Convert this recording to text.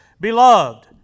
Beloved